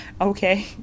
okay